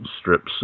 strips